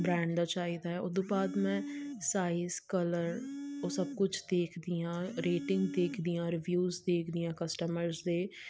brand ਦਾ ਚਾਹੀਦਾ ਉੱਦੂ ਬਾਅਦ ਮੈਂ ਸਾਈਜ ਕਲਰ ਉਹ ਸਭ ਕੁਝ ਦੇਖਦੀ ਹਾਂ ਰੇਟਿੰਗ ਦੇਖਦੀ ਹਾਂ ਰਿਵਿਊਜ ਦੇਖਦੀ ਹਾਂ ਕਸਟਮਰਸ ਦੇ